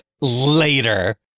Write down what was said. later